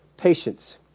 Patience